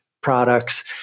products